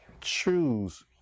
choose